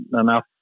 enough